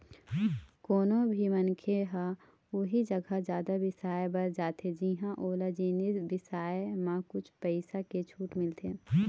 कोनो भी मनखे ह उही जघा जादा बिसाए बर जाथे जिंहा ओला जिनिस बिसाए म कुछ पइसा के छूट मिलथे